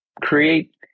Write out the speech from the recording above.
create